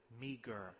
meager